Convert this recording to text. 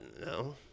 no